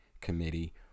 Committee